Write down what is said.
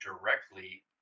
directly